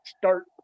start